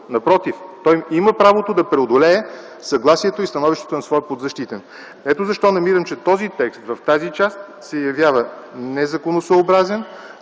Напротив, той има правото да преодолее съгласието и становището на своя подзащитен. Намирам, че този текст в тази част се явява незаконосъобразен.